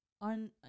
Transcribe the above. on